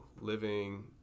living